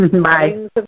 Bye